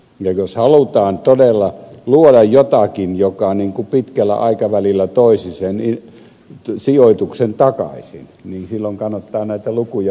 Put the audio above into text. ja jos halutaan todella luoda jotakin joka pitkällä aikavälillä toisi sen sijoituksen takaisin niin silloin kannattaa näitä lukuja pyöritellä